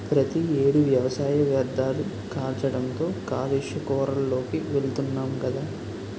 ప్రతి ఏడు వ్యవసాయ వ్యర్ధాలు కాల్చడంతో కాలుష్య కోరల్లోకి వెలుతున్నాం గదా